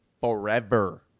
forever